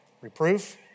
reproof